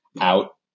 out